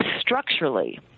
structurally